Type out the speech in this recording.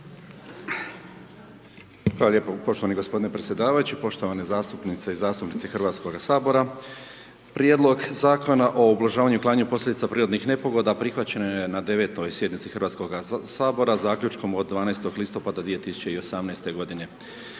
Hvala lijepo poštovani g. predsjedavajući, poštovane zastupnice i zastupnici HS-a, Prijedlog Zakona o ublažavanju i uklanjanju posljedica prirodnih nepogoda prihvaćen je na 9. sjednici HS-a Zaključkom od 12. listopada 2018. godine.